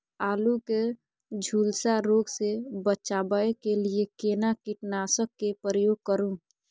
आलू के झुलसा रोग से बचाबै के लिए केना कीटनासक के प्रयोग करू